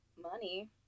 money